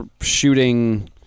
shooting